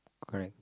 correct